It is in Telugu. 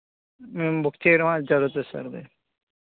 మేము బుక్ చేయడమో అది జరుగుతుంది సార్ అది